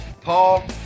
paul